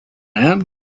man